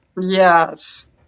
Yes